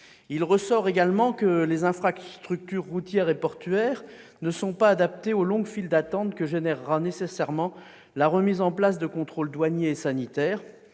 Il ressort également que les infrastructures routières et portuaires ne sont pas adaptées aux longues files d'attente qu'entraînera nécessairement la remise en place de contrôles douaniers et sanitaires.